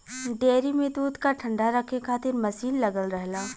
dairy में दूध क ठण्डा रखे खातिर मसीन लगल रहला